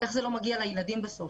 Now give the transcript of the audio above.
איך זה לא מגיע לילדים בסוף?